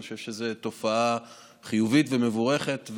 אני חושב שזאת תופעה חיובית ומבורכת,